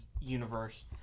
universe